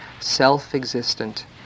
self-existent